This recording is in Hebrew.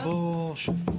אתה מדבר עברית?